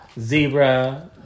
Zebra